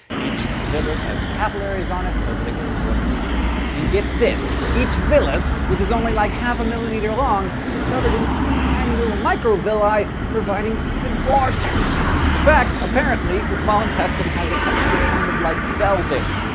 each villus has capillaries in it, so that it can absorb nutrients. and get this each villus, which is only like half a millimeter long is covered in teeeny tiny little microvilli, providing even more surface area! in fact, apparently, the small intestine has a texture kind of like velvet,